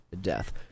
death